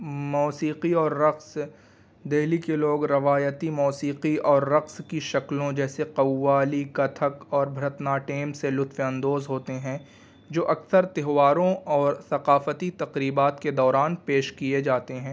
موسیقی اور رقص دلی کے لوگ روایتی موسیقی اور رقص کی شکلوں جیسے قوالی کتھک اور بھرتناٹیم سے لطف اندوز ہوتے ہیں جو اکثر تہواروں اور ثقافتی تقریبات کے دوران پیش کیے جاتے ہیں